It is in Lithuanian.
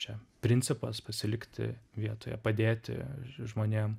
čia principas pasilikti vietoje padėti žmonėm